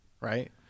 right